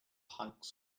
hikes